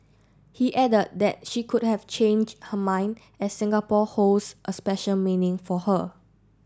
he added that she could have changed her mind as Singapore holds a special meaning for her